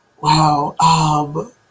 Wow